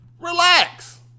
Relax